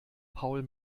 paul